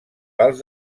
pels